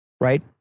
Right